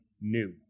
new